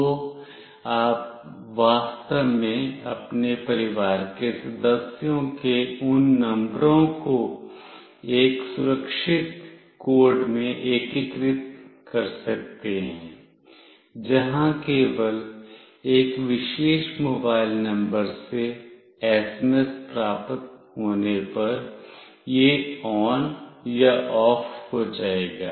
तो आप वास्तव में अपने परिवार के सदस्यों के उन नंबरों को एक सुरक्षित कोड में एकीकृत कर सकते हैं जहां केवल एक विशेष मोबाइल नंबर से एसएमएस प्राप्त होने पर यह ON या OFF हो जाएगा